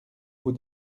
vous